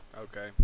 okay